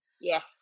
Yes